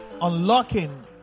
unlocking